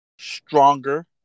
stronger